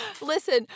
listen